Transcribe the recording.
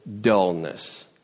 dullness